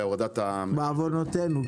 בעוונותינו.